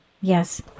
yes